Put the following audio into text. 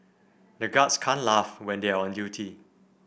the guards can't laugh when they are on duty